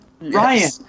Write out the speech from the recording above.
Ryan